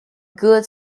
good